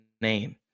name